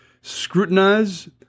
scrutinize